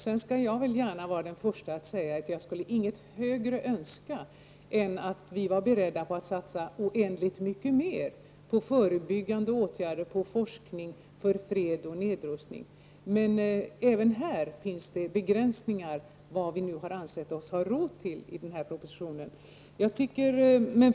Jag skall gärna vara den första att säga att jag inget högre skulle önska än att vi var beredda att satsa oändligt mycket mer på förebyggande åtgärder, på forskning för fred och nedrustning. Men även här finns det begränsningar, motiverade av det vi har ansett oss ha råd med.